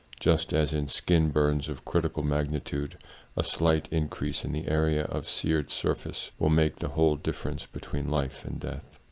just as in skin burns of critical magnitude a slight in crease in the area of seared surfac will make the whole dif ference between life and death.